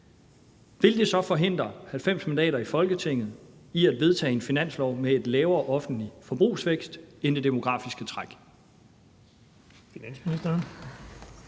vil det så forhindre 90 mandater i Folketinget i at vedtage en finanslov med en offentlig forbrugsvækst, der er lavere end det demografiske træk?